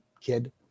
kid